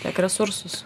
tiek resursus